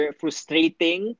frustrating